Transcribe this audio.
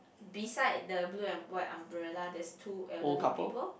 beside the blue and white umbrella there's two elderly people